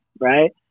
right